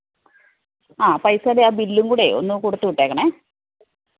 ആ പൈസയുടെ ആ ബില്ലും കൂടെ ഒന്ന് കൊടുത്ത് വിട്ടേക്കണേ